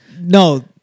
No